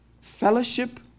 Fellowship